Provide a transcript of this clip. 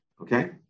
okay